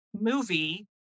movie